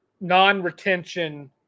non-retention